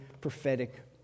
prophetic